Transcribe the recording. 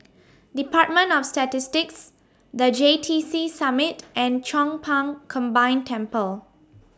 department of Statistics The J T C Summit and Chong Pang Combined Temple